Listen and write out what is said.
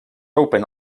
open